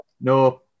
No